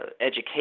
education